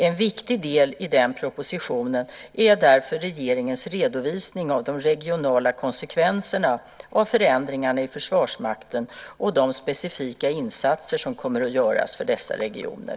En viktig del i den propositionen är därför regeringens redovisning av de regionala konsekvenserna av förändringarna i Försvarsmakten och de specifika insatser som kommer att göras för dessa regioner.